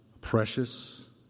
Precious